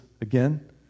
again